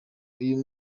uyu